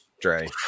Dre